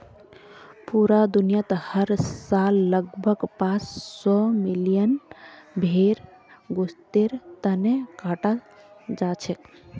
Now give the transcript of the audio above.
पूरा दुनियात हर साल लगभग पांच सौ मिलियन भेड़ गोस्तेर तने कटाल जाछेक